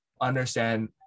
understand